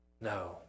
No